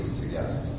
together